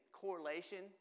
correlation